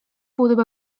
puudub